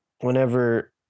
whenever